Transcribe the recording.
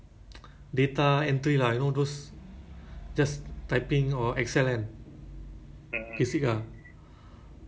they say part time but then they like what one day half day half day everyday then weekends must work